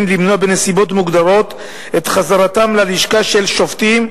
למנוע בנסיבות מוגדרות את חזרתם ללשכה של שופטים,